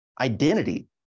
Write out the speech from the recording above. identity